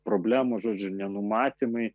problemos žodžiu nenumatymai